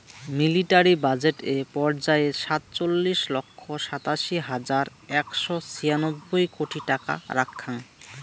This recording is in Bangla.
মিলিটারি বাজেট এ পর্যায়ে সাতচল্লিশ লক্ষ সাতাশি হাজার একশো ছিয়ানব্বই কোটি টাকা রাখ্যাং